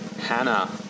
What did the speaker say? Hannah